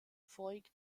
voigt